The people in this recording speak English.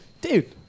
Dude